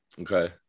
Okay